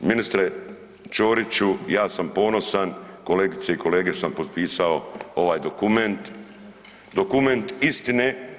Ministre Ćoriću ja sam ponosan, kolegice i kolege sam potpisao ovaj dokument, dokument istine.